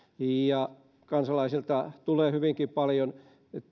ja kansalaisilta tulee hyvinkin paljon